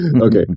Okay